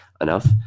enough